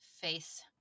face